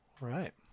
right